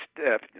step